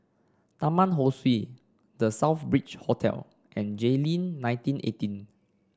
Taman Ho Swee The Southbridge Hotel and Jayleen nineteen eighteen